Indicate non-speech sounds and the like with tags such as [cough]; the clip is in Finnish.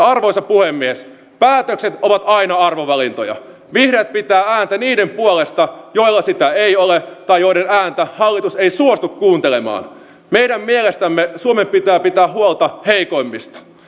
[unintelligible] arvoisa puhemies päätökset ovat aina arvovalintoja vihreät pitävät ääntä niiden puolesta joilla sitä ei ole tai joiden ääntä hallitus ei suostu kuuntelemaan meidän mielestämme suomen pitää pitää huolta heikoimmista